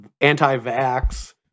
anti-vax